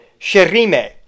Shirime